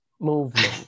movement